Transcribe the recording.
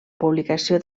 publicació